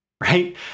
right